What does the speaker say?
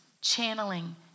channeling